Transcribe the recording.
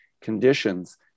conditions